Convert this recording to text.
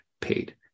paid